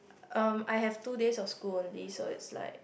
um I have two days of school only so it's like